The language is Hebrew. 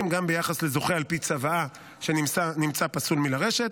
גם ביחס לזוכה על פי צוואה שנמצא פסול מלרשת.